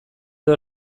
edo